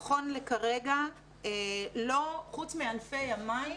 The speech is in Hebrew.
נכון לכרגע חוץ מענפי המים,